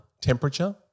temperature